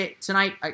tonight